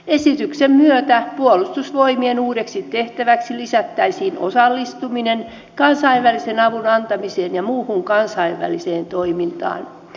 esityksen myötä puolustusvoimien uudeksi tehtäväksi lisättäisiin osallistuminen kansainvälisen avun antamiseen ja muuhun kansainväliseen toimintaan